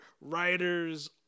writers